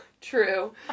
True